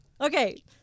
Okay